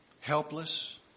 Helpless